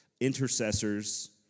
intercessors